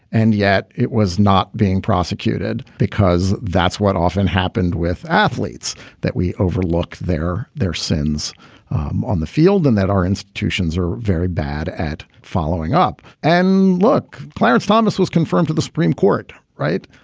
and yet it was not being prosecuted because that's what often happened with athletes that we overlook there their sins on the field and that our institutions are very bad at following up. and look, clarence thomas was confirmed to the supreme court, right?